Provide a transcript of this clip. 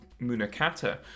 Munakata